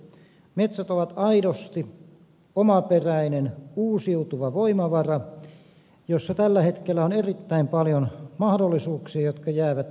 metsät ovat aidosti omaperäinen uusiutuva voimavara joissa tällä hetkellä on erittäin paljon mahdollisuuksia jotka jäävät hyödyntämättä